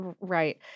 right